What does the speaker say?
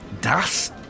Das